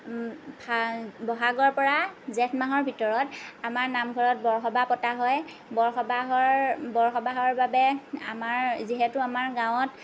বহাগৰ পৰা জেঠ মাহৰ ভিতৰত আমাৰ নামঘৰত বৰসবাহ পতা হয় বৰসবাহৰ বৰসবাহৰ বাবে আমাৰ যিহেতু আমাৰ গাঁৱত